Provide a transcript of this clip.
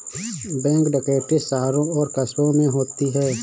bank डकैती शहरों और कस्बों में होती है